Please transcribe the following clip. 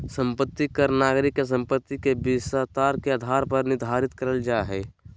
संपत्ति कर नागरिक के संपत्ति के विस्तार के आधार पर निर्धारित करल जा हय